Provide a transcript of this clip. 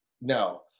No